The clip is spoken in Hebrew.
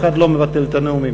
אף אחד לא מבטל את הנאומים.